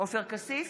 עופר כסיף,